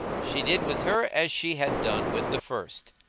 she did with her as she had done with the first.